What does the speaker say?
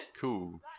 Cool